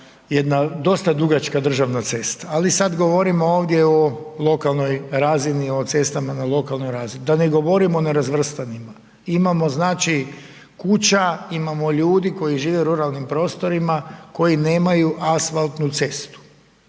jedna dosta dugačka državna cesta ali sad govorimo ovdje o lokalnoj razini, o cestama na lokalnoj razini, da ne govorimo o nerazvrstanim. Imamo znači kuća, imamo ljudi koji žive u ruralnim prostorima, koji nemaju asfaltnu cestu.